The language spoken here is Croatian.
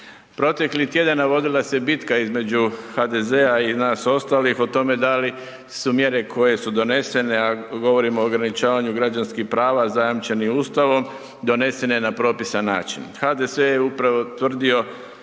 Proteklih tjedana vodila se bitka između HDZ-a i nas ostalih o tome da li su mjere koje su donesene, a govorim o ograničavanju građanskih prava zajamčenih Ustavom, donesene na propisan način. HDZ je upravo tvrdio